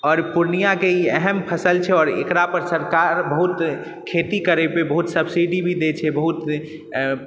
आओर पूर्णियाके ई अहम फसल छै आओर एकरापर सरकार बहुत खेती करैपर बहुत सब्सिडी भी दै छै बहुत